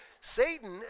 Satan